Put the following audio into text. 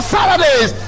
Saturdays